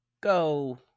go